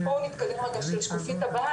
בואו נתקדם לשקופית הבאה,